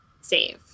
save